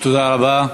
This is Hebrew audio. תודה רבה.